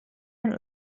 and